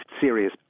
serious